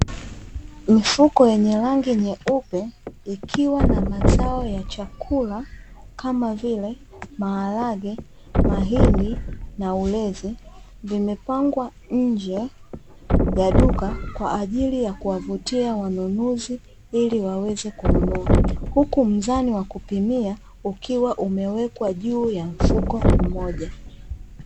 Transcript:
Mifuko yenye rangi nyeupe ikiwa na mazao ya chakula kama vile: maharage, mahindi na ulezi. Vimepangwa nje ya duka kwa ajili ya kuvutia wanunuzi ili waweze kununua. Huku mzani wa kupimia ukiwa umewekwa juu ya mfuko mmoja.